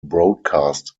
broadcast